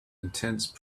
intense